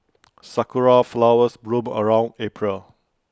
Sakura Flowers bloom around April